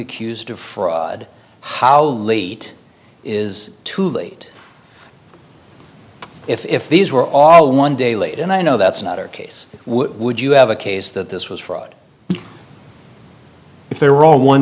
accused of fraud how late is too late if if these were all one day late and i know that's not our case would you have a case that this was fraud if there were one